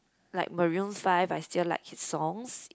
like Maroon-Five I still like his songs